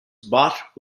bought